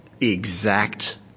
exact